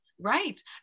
Right